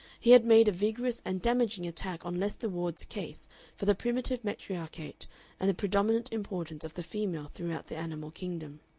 he had made a vigorous and damaging attack on lester ward's case for the primitive matriarchate and the predominant importance of the female throughout the animal kingdom.